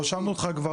ברשותך,